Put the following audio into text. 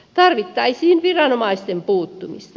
tarvittaisiin viranomaisten puuttumista